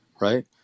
right